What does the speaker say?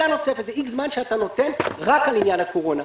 שאתה נותן רק על עניין הקורונה,